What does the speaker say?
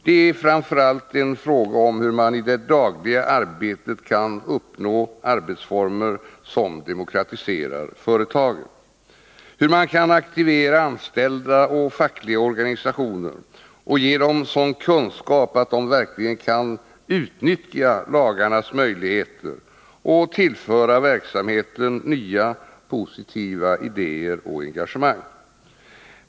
Det är framför allt en fråga om hur man i det dagliga arbetet kan uppnå arbetsformer som demokratiserar företagen, hur man kan aktivera anställda och fackliga organisationer och ge dem sådan kunskap att de verkligen kan utnyttja lagarnas möjligheter och tillföra verksamheten nya, positiva idéer och engagemang.